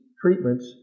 treatments